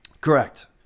Correct